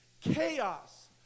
Chaos